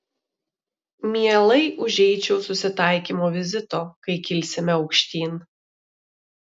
mielai užeičiau susitaikymo vizito kai kilsime aukštyn